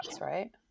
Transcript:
right